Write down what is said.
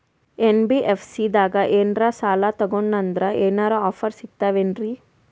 NBFC ದಾಗ ಏನ್ರ ಸಾಲ ತೊಗೊಂಡ್ನಂದರ ಏನರ ಆಫರ್ ಸಿಗ್ತಾವೇನ್ರಿ?